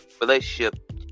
relationship